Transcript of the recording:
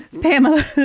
Pamela